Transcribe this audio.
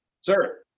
Sir